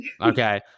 Okay